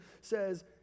says